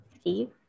Steve